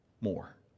more